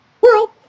world